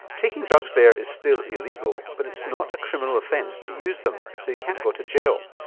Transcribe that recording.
taking drugs there is still illegal but it's not a criminal offence to use them, so you can't go to jail,